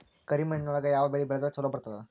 ಕರಿಮಣ್ಣೊಳಗ ಯಾವ ಬೆಳಿ ಬೆಳದ್ರ ಛಲೋ ಬರ್ತದ?